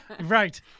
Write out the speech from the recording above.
right